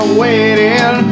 waiting